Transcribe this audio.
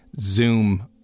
Zoom